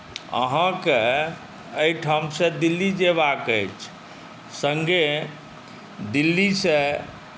अहाँकेँ एहिठामसँ दिल्ली जयबाक अछि सङ्गहि दिल्लीसँ